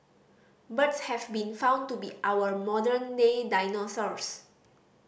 birds have been found to be our modern day dinosaurs